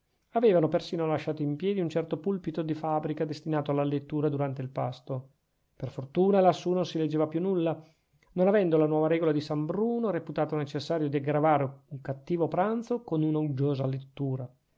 avevano perfino lasciato in piedi un certo pulpito di fabbrica destinato alla lettura durante il pasto per fortuna lassù non si leggeva più nulla non avendo la nuova regola di san bruno reputato necessario di aggravare un cattivo pranzo con una uggiosa lettura